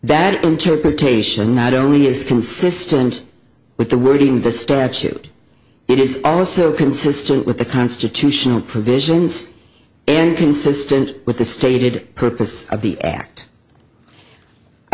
that interpretation not only is consistent with the wording the statute it is also consistent with the constitutional provisions and consistent with the stated purpose of the act i